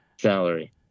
Salary